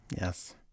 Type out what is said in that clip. Yes